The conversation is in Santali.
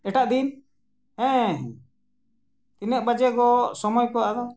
ᱮᱴᱟᱜ ᱫᱤᱱ ᱦᱮᱸ ᱛᱤᱱᱟᱹᱜ ᱵᱟᱡᱮ ᱜᱚᱜ ᱥᱚᱢᱚᱭ ᱠᱚ ᱟᱫᱚ